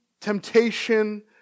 temptation